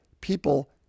people